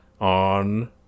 on